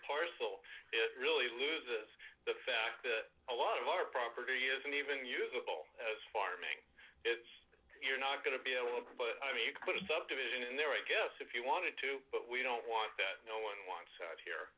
parcel it really loses the fact that a lot of our property isn't even usable as farming it's you're not going to be able to but i mean you could put a subdivision in there i guess if you wanted to but we don't want that no one wants to he